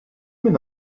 min